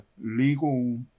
legal